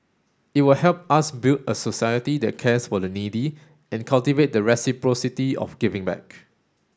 it will help us build a society that cares for the needy and cultivate the reciprocity of giving back